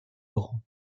laurent